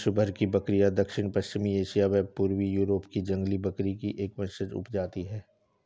विश्वभर की बकरियाँ दक्षिण पश्चिमी एशिया व पूर्वी यूरोप की जंगली बकरी की एक वंशज उपजाति है